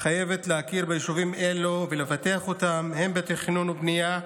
חייבת להכיר ביישובים אלו ולפתח אותם בתכנון ובנייה,